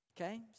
Okay